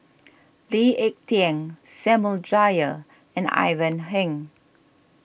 Lee Ek Tieng Samuel Dyer and Ivan Heng